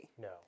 no